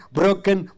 broken